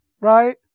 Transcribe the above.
right